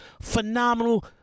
phenomenal